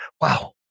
wow